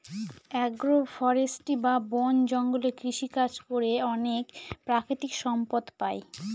আগ্র ফরেষ্ট্রী বা বন জঙ্গলে কৃষিকাজ করে অনেক প্রাকৃতিক সম্পদ পাই